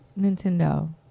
Nintendo